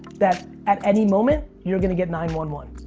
that at any moment, you're gonna get nine one one.